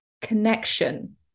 connection